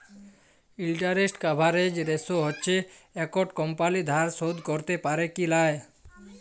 interest coverage ratio হচ্যে একট কমপালি ধার শোধ ক্যরতে প্যারে কি লায়